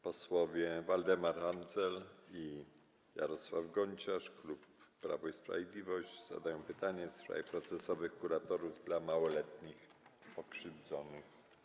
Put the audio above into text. Posłowie Waldemar Andzel i Jarosław Gonciarz, klub Prawo i Sprawiedliwość, zadają pytanie w sprawie procesowych kuratorów dla małoletnich pokrzywdzonych.